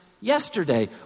yesterday